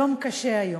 יום קשה היום.